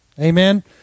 Amen